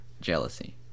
jealousy